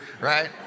right